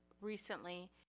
recently